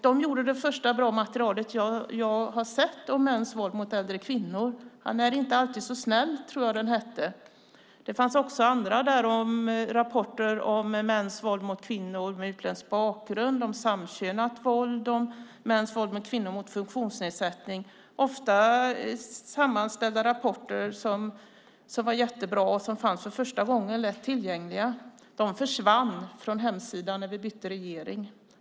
Den gjorde det första bra materialet jag har sett om mäns våld mot äldre kvinnor, jag tror att rapporten hette Han var väl inte alltid så snäll . Det fanns också andra rapporter om mäns våld mot kvinnor med utländsk bakgrund, samkönat våld och mäns våld mot kvinnor med funktionsnedsättning. Det var ofta sammanställda rapporter som var jättebra och som för första gången fanns lätt tillgängliga. De försvann från hemsidan när vi bytte regering.